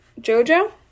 JoJo